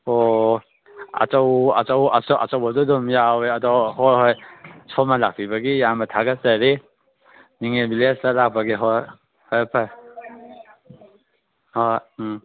ꯑꯣ ꯑꯆꯧꯕ ꯑꯆꯧꯕꯗꯣ ꯑꯗꯨꯝ ꯌꯥꯎꯋꯦ ꯑꯗꯣ ꯍꯣꯍꯣꯏ ꯁꯣꯝꯅ ꯂꯥꯛꯄꯤꯕꯒꯤ ꯌꯥꯝꯅ ꯊꯥꯒꯠꯆꯔꯤ ꯅꯤꯡꯉꯦꯜ ꯚꯤꯂꯦꯖꯇ ꯂꯥꯛꯄꯒꯤ ꯍꯣꯏ ꯐꯔꯦ ꯐꯔꯦ ꯍꯣꯏ ꯍꯣꯏ ꯎꯝ